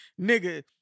Nigga